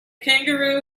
kangaroo